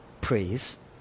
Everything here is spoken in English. praise